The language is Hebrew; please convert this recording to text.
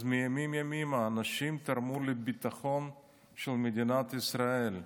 אז מימים ימימה הנשים תרמו לביטחון של מדינת ישראל.